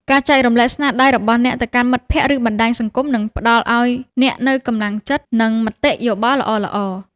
ការចែករំលែកស្នាដៃរបស់អ្នកទៅកាន់មិត្តភក្តិ ឬ បណ្តាញសង្គមនឹងផ្តល់ឱ្យអ្នកនូវកម្លាំងចិត្ត និង មតិយោបល់ល្អៗ។